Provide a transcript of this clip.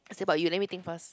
say about you let me think first